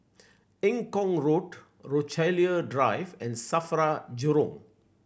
Eng Kong Road Rochalie Drive and SAFRA Jurong